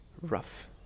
rough